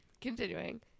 Continuing